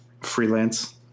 freelance